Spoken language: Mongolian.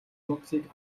нууцыг